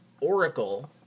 Oracle